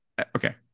okay